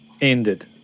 ended